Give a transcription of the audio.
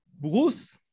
Bruce